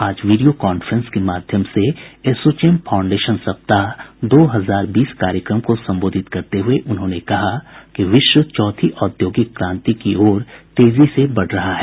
आज video conference के माध्यम से आज एसोचैम फाउंडेशन सप्ताह दो हजार बीस कार्यक्रम को संबोधित करते हुए उन्होंने कहा कि विश्व चौथी औद्योगिक क्रांति की ओर तेजी से बढ़ रहा है